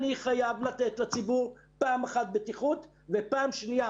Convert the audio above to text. אני חייב לתת לציבור פעם בטיחות ופעם שנייה